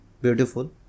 beautiful